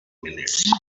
minutes